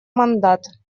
мандат